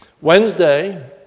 Wednesday